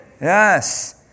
Yes